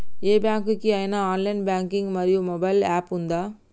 ఏ bank కి ఐనా online banking మరియు మొబైల్ యాప్ ఉందా?